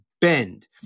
bend